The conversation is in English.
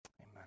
Amen